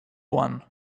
one